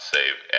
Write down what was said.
Save